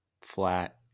flat